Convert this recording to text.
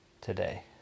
today